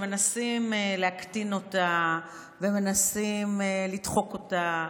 שמנסים להקטין אותה ומנסים לדחוק אותה,